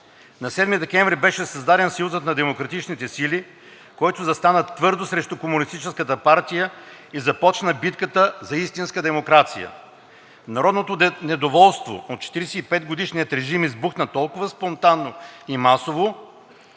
На 7 декември 1989 г. беше създаден Съюзът на демократичните сили, който застана твърдо срещу комунистическата партия и започна битката за истинска демокрация. Народното недоволство от 45-годишния режим избухна толкова спонтанно и масово,